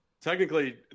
Technically